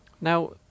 Now